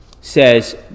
says